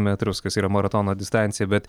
metrus kas yra maratono distancija bet